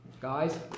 Guys